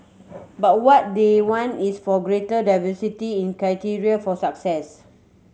but what they want is for a greater diversity in criteria for success